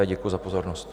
Děkuji za pozornost.